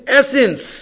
essence